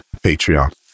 Patreon